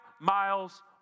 miles